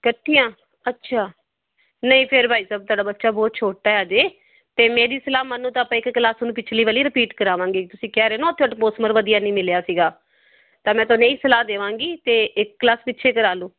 ਇਕੱਠੀਆਂ ਅੱਛਾ ਨਹੀਂ ਫਿਰ ਬਾਈ ਸਾਹਿਬ ਤੁਹਾਡਾ ਬੱਚਾ ਬਹੁਤ ਛੋਟਾ ਅਜੇ ਅਤੇ ਮੇਰੀ ਸਲਾਹ ਮੰਨੋ ਤਾਂ ਆਪਾਂ ਇੱਕ ਕਲਾਸ ਉਹਨੂੰ ਪਿਛਲੀ ਵਾਰੀ ਰਿਪੀਟ ਕਰਵਾਵਾਂਗੇ ਤੁਸੀਂ ਕਹਿ ਰਹੇ ਨਾ ਉੱਥੇ ਅਟਮੋਸਫਰ ਵਧੀਆ ਨਹੀਂ ਮਿਲਿਆ ਸੀਗਾ ਤਾਂ ਮੈਂ ਤੁਹਾਨੂੰ ਇਹੀ ਸਲਾਹ ਦੇਵਾਂਗੀ ਅਤੇ ਇੱਕ ਕਲਾਸ ਪਿੱਛੇ ਕਰਾ ਲਓ